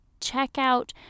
checkout